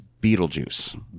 Beetlejuice